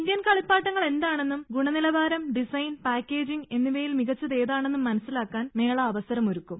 Indian കളിപ്പാട്ടങ്ങൾ എന്താണെന്നും ഗുണനിലവാരം ഡിസൈൻ പാക്കേജിംഗ് എന്നിവയിൽ മികച്ചത് ഏതാണെന്നും മനസ്സിലാക്കാൻ മേള അവസരമൊരുക്കും